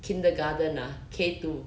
kindergarten ah K two